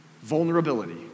Vulnerability